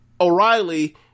O'Reilly